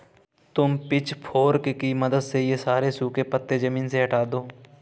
तुम पिचफोर्क की मदद से ये सारे सूखे पत्ते ज़मीन से हटा दो